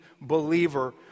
believer